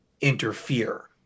interfere